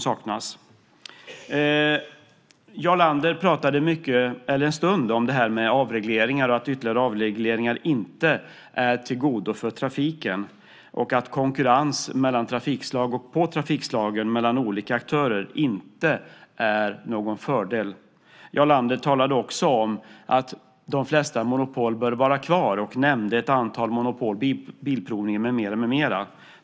Jarl Lander pratade en stund om avregleringar och att ytterligare avregleringar inte är till godo för trafiken och sade också att konkurrens mellan trafikslag och inom trafikslagen mellan olika aktörer inte är någon fördel. Jarl Lander talade också om att de flesta monopol bör vara kvar och nämnde ett antal monopol: Bilprovningen med mera.